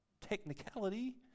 technicality